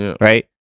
right